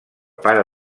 pare